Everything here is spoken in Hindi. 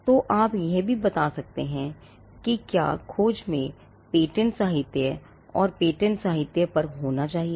तो आप यह भी बता सकते हैं कि क्या खोज में पेटेंट साहित्य और पेटेंट साहित्य पर होना चाहिए